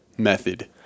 Method